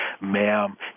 ma'am